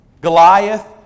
Goliath